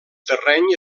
terreny